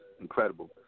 incredible